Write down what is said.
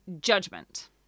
judgment